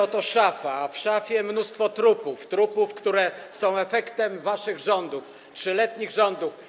Oto szafa, a w szafie mnóstwo trupów, trupów, które są efektem waszych 3-letnich rządów.